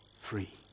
free